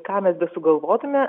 ką mes besugalvotume